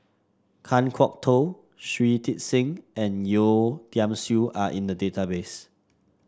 Kan Kwok Toh Shui Tit Sing and Yeo Tiam Siew are in the database